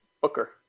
Booker